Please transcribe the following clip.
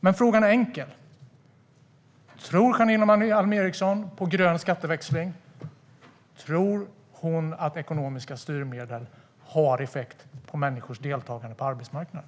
Men min fråga är enkel: Tror Janine Alm Ericson på grön skatteväxling och att ekonomiska styrmedel har effekt på människors deltagande på arbetsmarknaden?